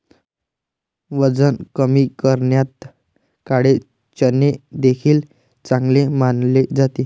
वजन कमी करण्यात काळे चणे देखील चांगले मानले जाते